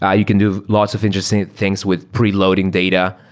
ah you can do lots of interesting things with preloading data.